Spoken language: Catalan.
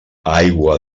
aigua